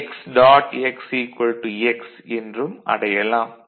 x x என்றும் அடையலாம்